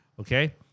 Okay